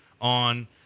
on –